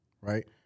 right